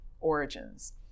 origins